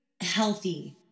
healthy